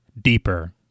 deeper